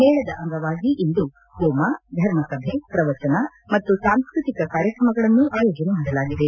ಮೇಳದ ಅಂಗವಾಗಿ ಇಂದು ಹೋಮ ಧರ್ಮಸಭೆ ಪ್ರವಚನ ಮತ್ತು ಸಾಂಸ್ಕತಿಕ ಕಾರ್ಯಕ್ರಮಗಳನ್ನು ಆಯೋಜನೆ ಮಾಡಲಾಗಿದೆ